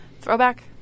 throwback